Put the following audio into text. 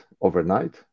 overnight